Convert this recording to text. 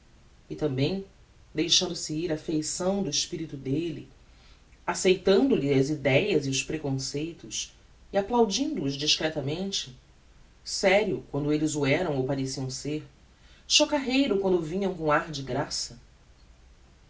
e tambem deixando-se ir á feição do espirito delle acceitando lhe as ideias e os preconceitos e applaudindo os discretamente serio quando elles o eram ou pareciam ser chocarreiro quando vinham com ar de graça